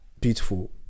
beautiful